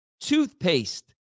toothpaste